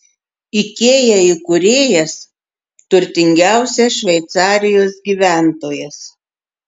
ikea įkūrėjas turtingiausias šveicarijos gyventojas